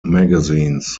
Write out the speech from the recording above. magazines